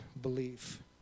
belief